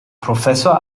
professor